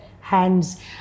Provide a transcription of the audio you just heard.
hands